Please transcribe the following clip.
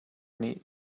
nih